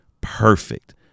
perfect